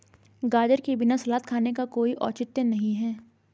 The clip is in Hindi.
गाजर के बिना सलाद खाने का कोई औचित्य नहीं है